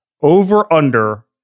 Over-under